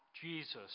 Jesus